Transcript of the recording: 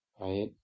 right